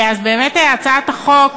הצעת החוק